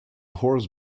horse